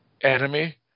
enemy